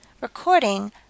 Recording